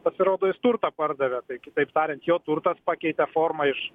pasirodo jis turtą pardavė kitaip tariant jo turtas pakeitė formą iš